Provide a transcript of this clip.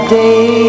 day